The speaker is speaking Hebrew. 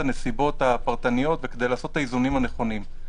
הנסיבות הפרטניות וכדי לעשות את האיזונים הנכונים.